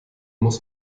muss